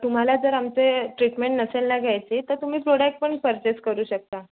तुम्हाला जर आमची ट्रीटमेंट नसेल ना घ्यायची तर तुम्ही प्रोडक्टस पण पर्चेस करू शकता